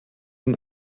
ein